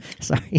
sorry